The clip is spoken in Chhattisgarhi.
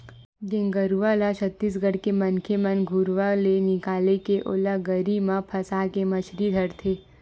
गेंगरूआ ल छत्तीसगढ़ के मनखे मन घुरुवा ले निकाले के ओला गरी म फंसाके मछरी धरथे